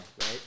right